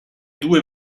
due